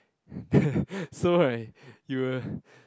so right you will